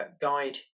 guide